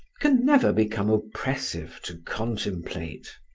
can never become oppressive to contemplate.